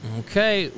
okay